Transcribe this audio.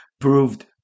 proved